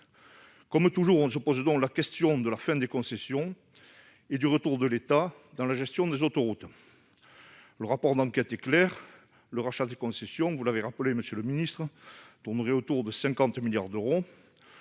Comme toujours on se pose la question de la fin des concessions et du retour de l'État dans la gestion des autoroutes. Le rapport d'enquête est clair : le rachat des concessions, vous l'avez rappelé, monsieur le ministre, s'élèverait à environ 50 milliards d'euros